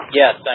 yes